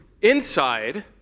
inside